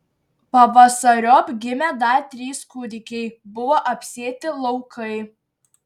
pavasariop gimė dar trys kūdikiai buvo apsėti laukai